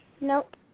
Nope